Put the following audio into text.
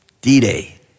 D-Day